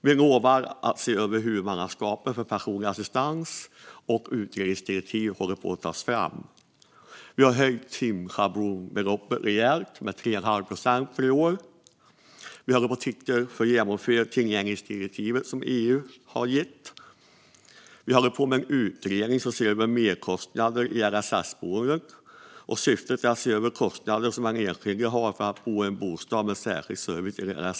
Vi lovade att se över huvudmannaskapet för personlig assistans. Utredningsdirektiv håller på att tas fram. Vi har höjt timschablonbeloppet rejält, med 3,5 procent för i år. Och vi tittar på att genomföra EU:s tillgänglighetsdirektiv. Vi håller även på med en utredning för att se över merkostnader i LSS-boenden. Syftet är att se över de kostnader som den enskilde har för att bo i en bostad med särskild service enligt LSS.